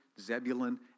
Zebulun